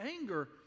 anger